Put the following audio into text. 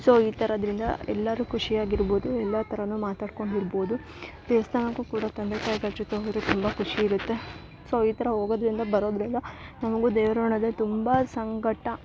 so ಈ ಥರದಿಂದ ಎಲ್ಲರೂ ಖುಷಿಯಾಗಿ ಇರ್ಬೋದು ಎಲ್ಲ ಥರನು ಮಾತಾಡ್ಕೊಂಡು ಇರ್ಬೋದು ದೇವಸ್ಥಾನಕ್ಕೂ ಕೂಡ ತಂದೆ ತಾಯಿ ಜೊತೆ ಹೋದರೆ ತುಂಬ ಖುಷಿ ಇರುತ್ತೆ ಸೊ ಈ ಥರ ಹೋಗೋದ್ರಿಂದ ಬರೋದರಿಂದ ನಮಗೂ ದೇವ್ರು ಅನ್ನೋದೆ ತುಂಬ ಸಂಕಟ